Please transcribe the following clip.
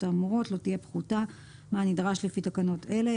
האמורות לא תהיה פחותה מהנדרש לפי תקנות אלה.